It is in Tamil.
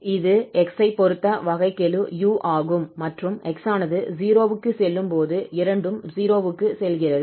இது x ஐ பொறுத்த வகைக்கெழு 𝑢 ஆகும் மற்றும் x ஆனது 0 க்கு செல்லும் போது இரண்டும் 0 க்கு செல்கிறது